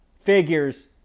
figures